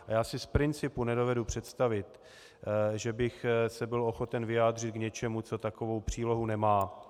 A já si z principu nedovedu představit, že bych se byl ochoten vyjádřit k něčemu, co takovou přílohu nemá.